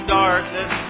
darkness